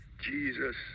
Jesus